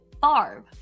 Barb